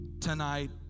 tonight